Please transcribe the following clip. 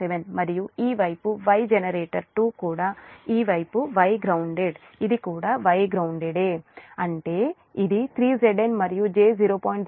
07 మరియు ఈ వైపు Y జనరేటర్ 2 కూడా ఈ వైపు Y గ్రౌండెడ్ ఇది కూడా Y గ్రౌన్దేడ్ అంటే ఇది 3Zn మరియు j0